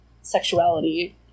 sexuality